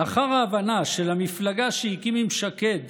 לאחר ההבנה שלמפלגה שהקים עם שקד